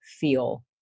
feel